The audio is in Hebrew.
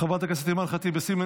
חברת הכנסת אימאן ח'טיב יאסין,